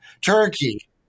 Turkey